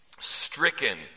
Stricken